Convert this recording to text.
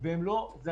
הוא חיבור לא ראוי.